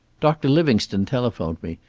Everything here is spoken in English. doctor livingstone telephoned me.